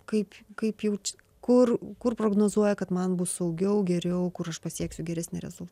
kaip kaip jaučia kur kur prognozuoja kad man bus saugiau geriau